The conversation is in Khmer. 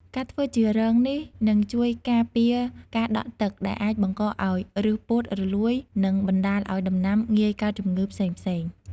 ការធ្វើជារងនេះ នឹងជួយការពារការដក់ទឹក ដែលអាចបង្កឱ្យឬសពោតរលួយ និងបណ្ដាលឱ្យដំណាំងាយកើតជំងឺផ្សេងៗ។